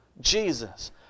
Jesus